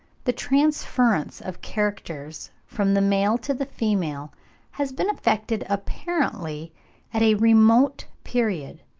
the transference of characters from the male to the female has been effected apparently at a remote period,